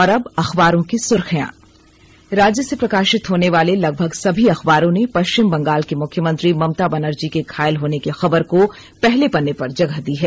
और अब अखबारों की सुर्खियां राज्य से प्रकाशित होने वाले लगभग सभी अखबारों ने पश्चिम बंगाल की मुख्यमंत्री ममता बनर्जी के घायल होने की खबर को पहले पन्ने पर जगह दी है